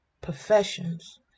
professions